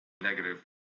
negative